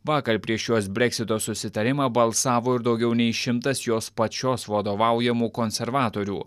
vakar prieš jos breksito susitarimą balsavo ir daugiau nei šimtas jos pačios vadovaujamų konservatorių